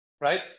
Right